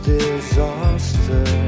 disaster